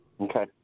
Okay